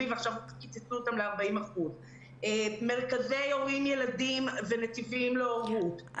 ועכשיו קיצצו אותן ל-40%; מרכזי הורים ילדים ונתיבים להורות,